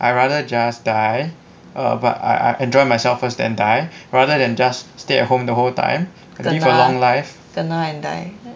I rather just die err but I I enjoy myself first then die rather than just stay at home the whole time live long life